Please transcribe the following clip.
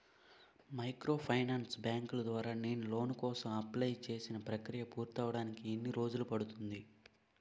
Microfinance బ్యాంకుల ద్వారా నేను లోన్ కోసం అప్లయ్ చేసిన ప్రక్రియ పూర్తవడానికి ఎన్ని రోజులు పడుతుంది?